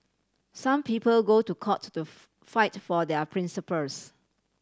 some people go to court to fight for their principles